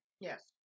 Yes